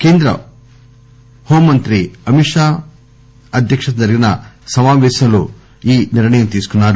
కేంద్ర హోంమంత్రి అమిత్ షా అధ్యక్షతన జరిగిన సమాపేశంలో ఈ నిర్ణయం తీసుకున్నారు